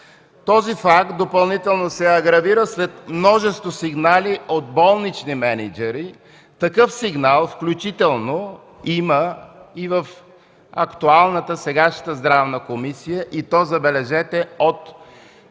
Този факт допълнително се агравира сред множество сигнали от болнични мениджъри. Такъв сигнал има и в сегашната Здравна комисия, и то, забележете, от